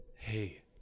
Hey